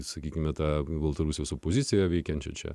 sakykime tą baltarusijos opoziciją veikiančią